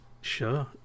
Sure